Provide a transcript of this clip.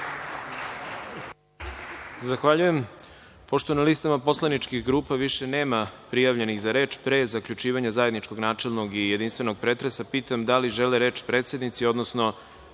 Zahvaljujem. Pošto na listama poslaničkih grupa više nema prijavljenih za reč, pre zaključivanja zajedničkog načelnog i jedinstvenog pretresa, pitam da li žele reč predsednici odnosno